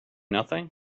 nothing